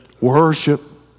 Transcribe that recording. Worship